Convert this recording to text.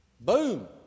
Boom